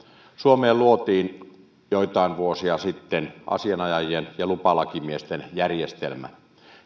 suomeen luotiin joitain vuosia sitten asianajajien ja lupalakimiesten järjestelmä